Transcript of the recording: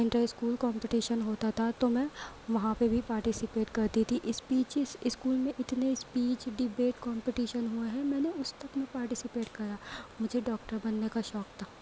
inter school competition ہوتا تھا تو میں وہاں پہ بھی پارٹیسپیٹ کرتی تھی اسپیچیز اسکول میں اتنے اسپیچ ڈبیٹ کمپٹیشن ہوئے ہیں میں نے اس تک میں پارٹیسپیٹ کرا مجھے ڈاکٹر بننے کا شوق تھا